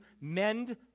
mend